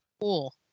Cool